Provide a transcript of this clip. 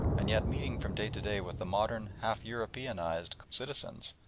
and yet meeting from day to day with the modern half-europeanised citizens,